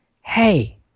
hey